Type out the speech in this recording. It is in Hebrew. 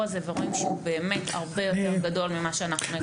הזה ורואים שהוא באמת הרבה יותר גדול ממה שאנחנו ידענו.